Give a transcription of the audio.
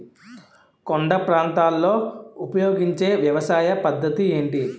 కొండ ప్రాంతాల్లో ఉపయోగించే వ్యవసాయ పద్ధతి ఏంటి?